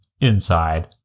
inside